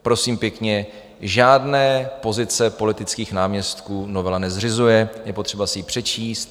Prosím pěkně, žádné pozice politických náměstků novela nezřizuje, je potřeba si ji přečíst.